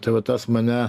tai va tas mane